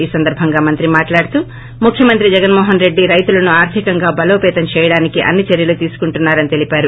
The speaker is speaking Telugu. ఈ సందర్బంగా మంత్రి మాట్లాడుతూ ముఖ్యమంత్రి జగన్మోహన్ రెడ్డి రైతులను ఆర్థికంగా బలోపతం చేయడానికి అన్ని చర్యలు తీసుకుంటున్నారని తెలిపారు